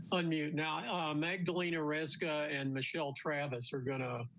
unmute now ah magdalena mariska and michelle travis are going to